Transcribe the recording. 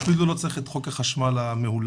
אפילו לא צריך את חוק החשמל המהולל